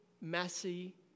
messy